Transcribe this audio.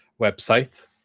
website